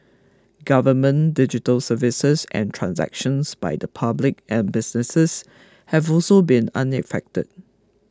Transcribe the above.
government digital services and transactions by the public and businesses have also been unaffected